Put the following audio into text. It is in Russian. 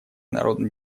народно